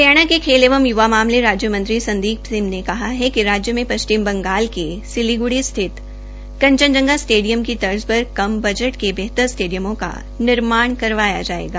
हरियाणा के खेल एवं य्वा मामले राज्यमंत्री संदीप सिंह ने कहा कि राज्य में पश्चिम बंगाल के सिलीगुड़ी स्थित कंचनजंगा स्टेडियम की तर्ज पर कम बजट के बेहतर स्टेडियमों का निर्माण करवाया जाएगा